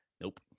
Nope